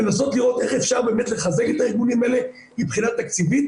לנסות לראות איך אפשר באמת לחזק את הארגונים האלה מבחינה תקציבית,